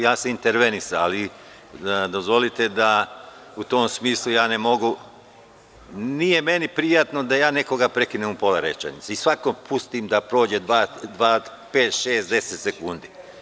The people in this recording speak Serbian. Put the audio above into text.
Ja sam intervenisao, ali dozvolite da u tom smislu, nije meni prijatno da ja nekoga prekinem u pola rečenice i svakog pustim da prođe bar pet, šest, deset sekundi.